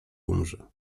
umrze